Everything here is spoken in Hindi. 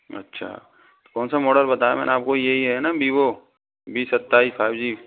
अच्छा तो कौन सा मॉडल बताया मैंने आपको यही है ना विवो वी सत्ताईस फाइव जी